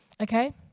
okay